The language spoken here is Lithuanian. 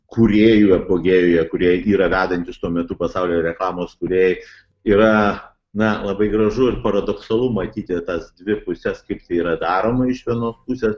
kūrėjų apogėjuje kurie yra vedantys tuo metu pasaulyje reklamos kūrėjai yra na labai gražu ir paradoksalu matyti tas dvi puses kaip tai yra daroma iš vienos pusės